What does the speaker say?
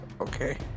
Okay